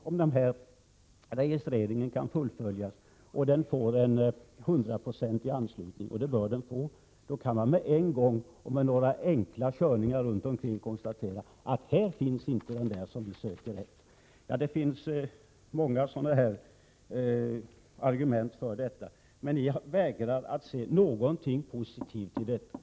Om denna registrering kan fullföljas och den får en hundraprocentig anslutning, vilket den bör få, kan man med en gång genom några enkla körningar konstatera om man funnit den efterlysta båten. Argumenten för båtregister är många, men ni vägrar att se någonting positivt i detta.